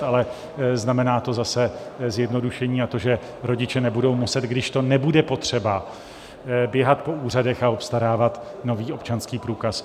Ale znamená to zase zjednodušení, a to, že rodiče nebudou muset, když to nebude potřeba, běhat po úřadech a obstarávat nový občanský průkaz.